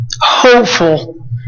Hopeful